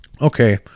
Okay